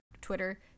Twitter